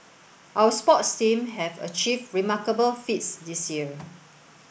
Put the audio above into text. our sports team have achieved remarkable feats this year